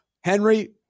Henry